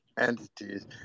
entities